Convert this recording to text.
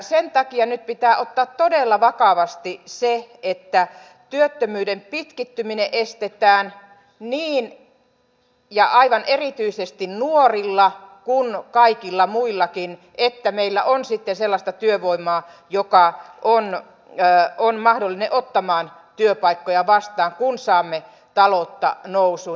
sen takia nyt pitää ottaa todella vakavasti se että työttömyyden pitkittyminen estetään niin aivan erityisesti nuorilla kuin kaikilla muillakin että meillä on sitten sellaista työvoimaa joka on mahdollinen ottamaan työpaikkoja vastaan kun saamme taloutta nousuun